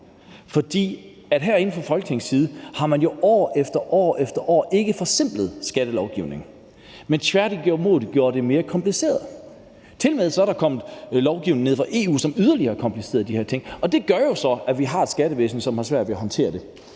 For herinde fra Folketingets side har man jo år efter år ikke forsimplet skattelovgivningen, men tværtimod gjort den mere kompliceret. Tilmed er der kommet lovgivning nede fra EU, som yderligere har kompliceret de her ting, og det gør jo så, at vi har et skattevæsen, som har svært ved at håndtere det.